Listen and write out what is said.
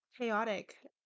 chaotic